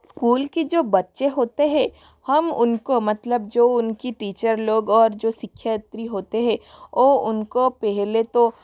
school की जो बच्चे होते हैं हम उनको मतलब जो उनकी टीचर लोग और जो शिक्षार्थी होते हैं वह उनको पहले तो